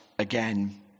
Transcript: again